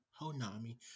Honami